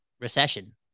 recession